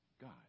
God